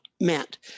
meant